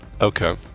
Okay